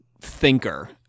thinker